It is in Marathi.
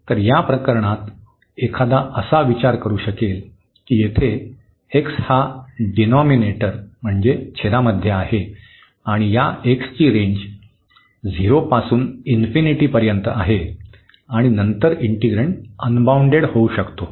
तर या प्रकरणात एखादा असा विचार करू शकेल की येथे x हा डीनोमीनेटर म्हणजे छेदामध्ये आहे आणि या x ची रेंज 0 पासून पर्यंत आहे आणि नंतर इन्टीग्रन्ड अनबाउंडेड होऊ शकतो